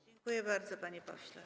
Dziękuję bardzo, panie pośle.